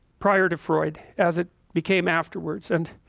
prior to freud as it became afterwards and